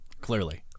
clearly